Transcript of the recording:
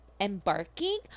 embarking